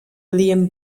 liam